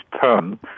term